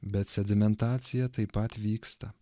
bet sedimentacija taip pat vyksta